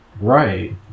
Right